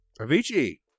Avicii